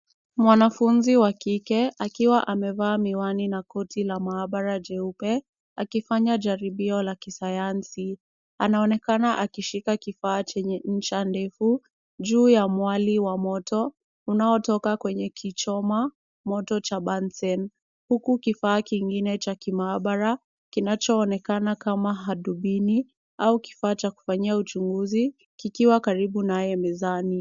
Mwanafunzi wa kike akiwa amevaa miwani na koti la maabara jeupe, akifanya jaribio la kisayansi. Anaonekana akishika kifaa chenye nta ndefu, juu ya mwali wa moto unaotoka kwenye kichoma, moto cha bunsen , huku kipawa kingine cha kimaabara kinachoonekana kama hadubini au kifaa cha kufanyia uchunguzi kikiwa karibu naye mezani.